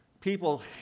People